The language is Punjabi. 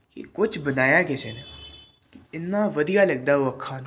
ਕੀ ਕੁਝ ਬਣਾਇਆ ਕਿਸੇ ਨੇ ਇੰਨਾਂ ਵਧੀਆ ਲੱਗਦਾ ਉਹ ਅੱਖਾਂ ਨੂੰ